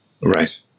Right